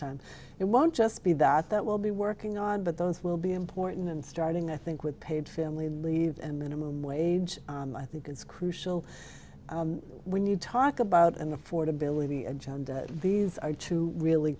time it won't just be that that will be working on but those will be important starting i think with paid family leave and minimum wage i think it's crucial when you talk about an affordability agenda these are two really